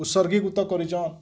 ଉତ୍ସର୍ଗୀକୃତ କରିଛ